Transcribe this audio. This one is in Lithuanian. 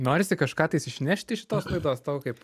norisi kažką tais išnešti iš šitos laidos tau kaip